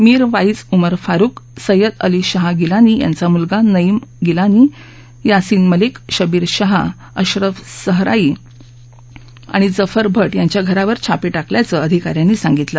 मीर वा ऊ उमर फारुख सैयद अली शाह गिलानी यांचा मुलगा नईम गिलानी यासिन मलिक शबीर शहा अशरफ सहराई आणि जफर भट यांच्या घरावर छापे टाकल्याचं अधिका यांनी सांगितलं